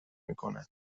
میکند